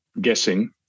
guessing